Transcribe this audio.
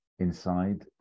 Inside